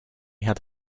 had